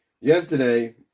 yesterday